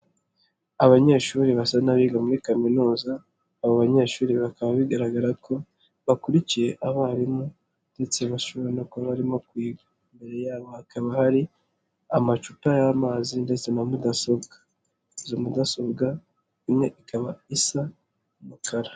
Abanyeshuri basa n'abiga muri kaminuza, abo banyeshuri bakaba bigaragara ko bakurikiye abarimu ndetse bashobora no kuba barimo kwiga, imbere yabo hakaba hari amacupa y'amazi ndetse na mudasobwa, izo mudasobwa imwe ikaba isa umukara.